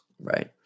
Right